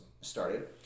started